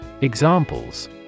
Examples